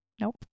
nope